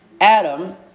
Adam